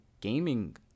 gaming